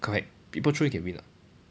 correct people throw you can win or not